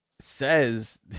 says